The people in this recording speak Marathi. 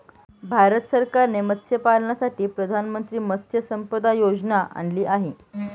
भारत सरकारने मत्स्यपालनासाठी प्रधानमंत्री मत्स्य संपदा योजना आणली आहे